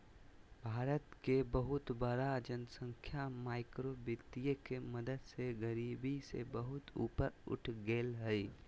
भारत के बहुत बड़ा जनसँख्या माइक्रो वितीय के मदद से गरिबी से बहुत ऊपर उठ गेलय हें